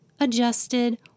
adjusted